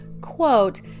quote